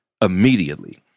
immediately